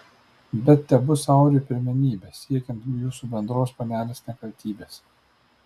bet tebus auriui pirmenybė siekiant jūsų bendros panelės nekaltybės